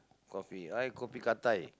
coffee I kopi Ga Dai